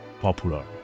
popular